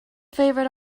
favorite